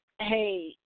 Hey